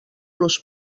los